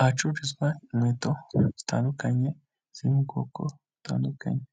Ahacururizwa inkweto zitandukanye ziri mu bwoko butandukanye,